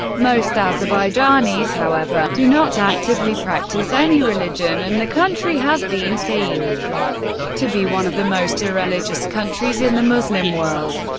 most azerbaijanis, however, do not actively practice any religion, and the country has been seen to be one of the most irreligious countries in the muslim world,